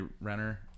Renner